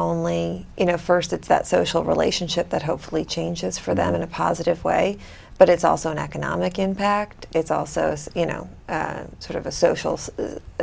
only you know first it's that social relationship that hopefully changes for them in a positive way but it's also an economic impact it's also you know sort of a social